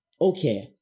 okay